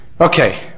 Okay